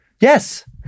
Yes